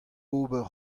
ober